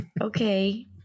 okay